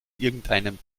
irgendeinem